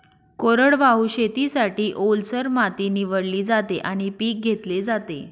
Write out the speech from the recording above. कोरडवाहू शेतीसाठी, ओलसर माती निवडली जाते आणि पीक घेतले जाते